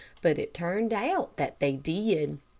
but it turned out that they did